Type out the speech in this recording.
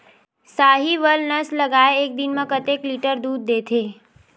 साहीवल नस्ल गाय एक दिन म कतेक लीटर दूध देथे?